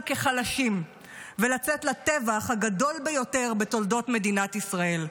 כחלשים ולצאת לטבח הגדול ביותר בתולדות מדינת ישראל.